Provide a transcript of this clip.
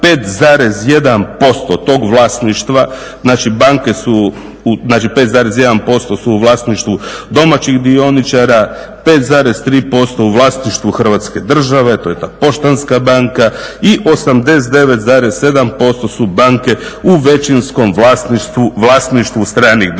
5,1% tog vlasništva, znači banke su, znači 5,1% su u vlasništvu domaćih dioničara, 5,3% u vlasništvu Hrvatske države. To je ta Poštanska banka i 89,7% su banke u većinskom vlasništvu stranih država.